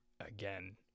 again